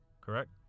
Correct